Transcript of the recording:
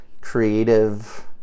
creative